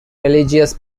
religious